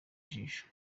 jisho